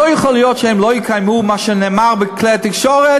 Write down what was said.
לא יכול להיות שהם לא יקיימו מה שנאמר בכלי התקשורת: